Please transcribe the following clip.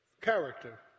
character